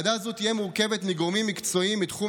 ועדה זו תהיה מורכבת מגורמים מקצועיים בתחום